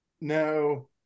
No